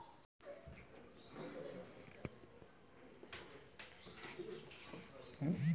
वरिष्ठ नागरिक जहार उम्र साठ साल से ज्यादा हो छे वाहक दिखाता हुए लोननोत कुछ झूट मिले